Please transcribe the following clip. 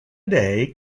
day